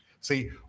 See